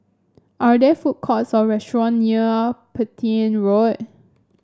are there food courts or restaurant near Petain Road